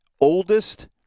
oldest